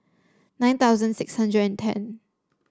nine thousand six hundred and ten